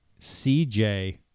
CJ